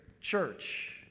Church